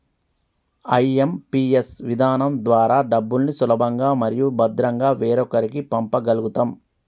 IMPS విధానం ద్వారా డబ్బుల్ని సులభంగా మరియు భద్రంగా వేరొకరికి పంప గల్గుతం